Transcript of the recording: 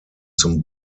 zum